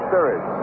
Series